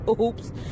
oops